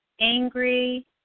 angry